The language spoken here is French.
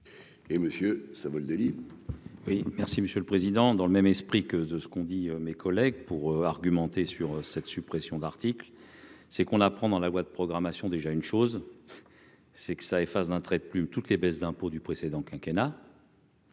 Et Monsieur Savoldelli.